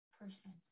person